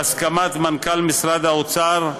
בהסכמת מנכ"ל משרד האוצר,